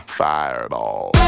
fireball